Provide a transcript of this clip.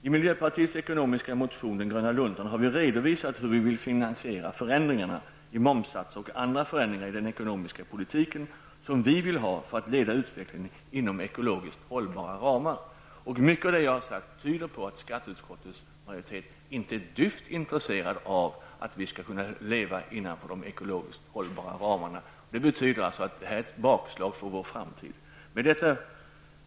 I miljöpartiets ekonomiska motion, Gröna Luntan, har vi redovisat hur vi vill finansiera förändringarna i momssatser och andra förändringar i den ekonomiska politiken som vi vill ha för att leda utvecklingen inom ekologiskt hållbara ramar. Mycket av det jag har sagt tyder på att skatteutskottets majoritet inte är ett dyft intresserade av att vi skall kunna leva inom de ekologiskt hållbara ramarna. Detta betyder ett bakslag för vår framtid. Fru talman!